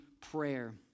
prayer